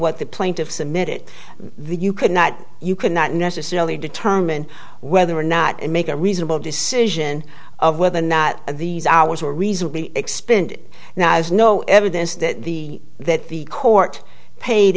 what the plaintiffs amid it the you could not you could not necessarily determine whether or not and make a reasonable decision of whether or not these hours were reasonably expended now as no evidence that the that the court paid